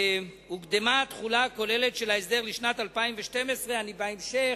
הוקדמה התחולה הכוללת של ההסדר לשנת 2012. בהמשך